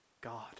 God